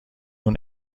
اون